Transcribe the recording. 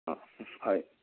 অঁ হয়